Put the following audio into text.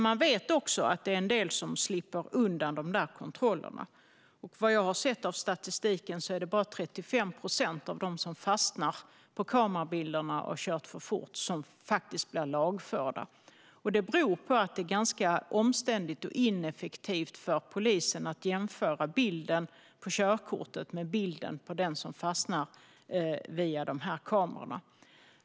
Man vet dock att en del slipper undan kontrollerna. Vad jag har sett av statistiken är det bara 35 procent av dem som fastnar på kamerabilderna och har kört för fort som faktiskt blir lagförda. Det beror på att det är ganska omständligt och ineffektivt för polisen att jämföra bilden på körkortet med bilden från kameran.